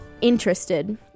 interested